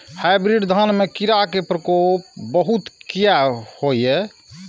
Hybrid धान में कीरा के प्रकोप बहुत किया होया?